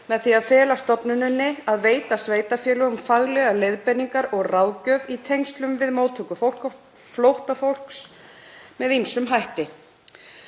með því að fela stofnuninni að veita sveitarfélögum faglegar leiðbeiningar og ráðgjöf í tengslum við móttöku flóttafólks með ýmsum hætti.